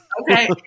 Okay